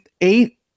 eight